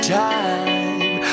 time